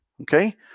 Okay